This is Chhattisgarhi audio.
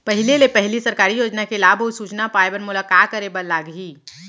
पहिले ले पहिली सरकारी योजना के लाभ अऊ सूचना पाए बर मोला का करे बर लागही?